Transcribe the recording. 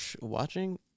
Watching